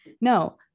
No